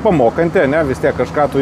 pamokanti ane vis tiek kažką tu